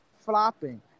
flopping